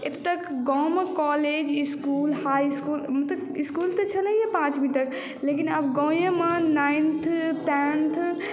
एतय तक गाममे कॉलेज इस्कुल हाइ स्कूल मतलब स्कूल तऽ छलहिए पाँचवीं तक लेकिन आब गामेमे नाइन्थ टेंथ